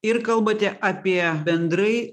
ir kalbate apie bendrai